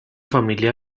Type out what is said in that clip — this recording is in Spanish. familia